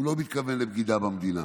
הוא לא מתכוון לבגידה במדינה.